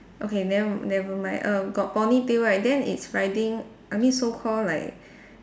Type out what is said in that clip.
okay never never mind err got ponytail right then it's riding I mean so called like